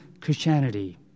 Christianity